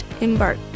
embark